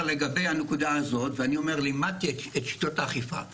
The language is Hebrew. אני לימדתי את שיטת האכיפה ואמרתי: